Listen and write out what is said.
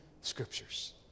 scriptures